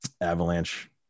Avalanche